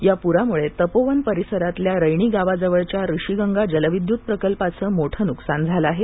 या पुरामुळे तपोवन परिसरातल्या रैणी गावाजवळच्या ऋषिगंगा जलविद्युत प्रकल्पाचं मोठं नुकसान झालं आहे